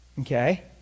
Okay